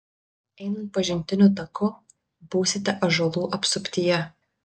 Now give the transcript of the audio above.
einant pažintiniu taku būsite ąžuolų apsuptyje